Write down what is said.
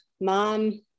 mom